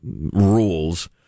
rules